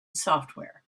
software